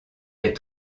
est